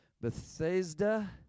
Bethesda